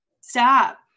stop